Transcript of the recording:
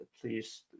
Please